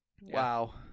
Wow